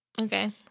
Okay